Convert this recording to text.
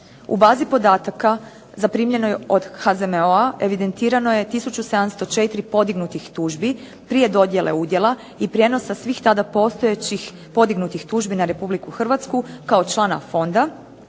U bazi podataka zaprimljeno je od HZMO-a evidentirano je tisuću 704 podignutih tužbi prije dodjele udjela i prijenosa svih tada postojećih podignutih tužbi na RH kao člana fonda,